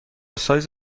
سایز